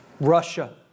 Russia